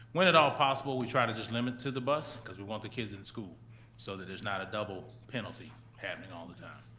when at all possible, we try to just limit to the bus, cause we want the kids in school so that there is not a double penalty happening all the time.